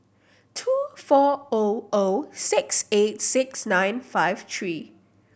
two four O O six eight six nine five three